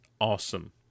awesome